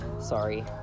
Sorry